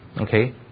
okay